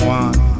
one